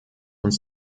uns